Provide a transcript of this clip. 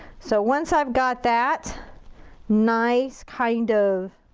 so, once i've got that nice, kind of,